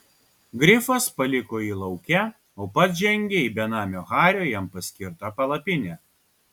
grifas paliko jį lauke o pats žengė į benamio hario jam paskirtą palapinę